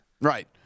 Right